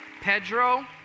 Pedro